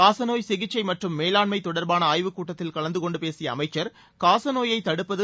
காசநோய் சிகிக்சை மற்றும் மேலாண்மை தொடர்பான ஆய்வு கூட்டத்தில் கலந்தகொண்டு பேசிய அமைச்சர் காசநோயை தடுப்பது